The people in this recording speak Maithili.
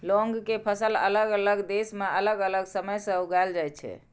लौंग के फसल अलग अलग देश मे अलग अलग समय मे उगाएल जाइ छै